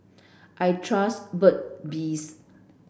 I trust Burt bees